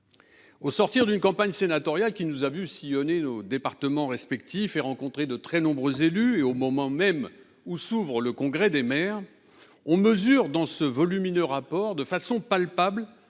Au sortir d’une campagne sénatoriale qui nous a vus sillonner nos départements respectifs et rencontrer de très nombreux élus, au moment où s’ouvre le Congrès des maires, on mesure dans ce volumineux rapport de façon palpable